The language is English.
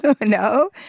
No